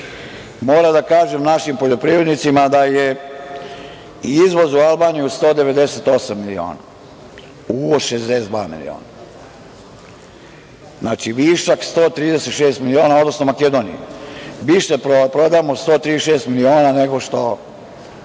moram da kažem našem poljoprivrednicima da je izvoz u Albaniju 198 miliona, uvoz 62 miliona. Znači, višak je 136 miliona, odnosno Makedoniji više prodamo 136 miliona nego što